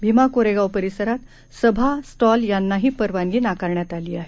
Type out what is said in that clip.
भीमा कोरेगाव परिसरात सभा स्टॉल यांनाही परवानगी नाकारण्यात आली आहे